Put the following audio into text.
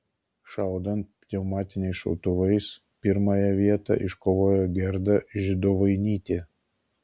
šaudant pneumatiniais šautuvais pirmąją vietą iškovojo gerda židovainytė